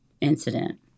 incident